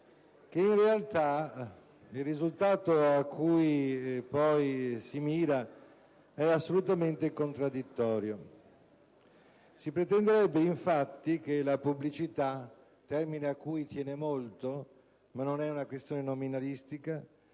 che in realtà il risultato a cui si mira è assolutamente contraddittorio. Si pretenderebbe, infatti, che la pubblicità - termine a cui tiene molto, ma non è una questione nominalistica